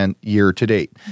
year-to-date